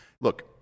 Look